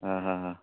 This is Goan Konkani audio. आं हां हां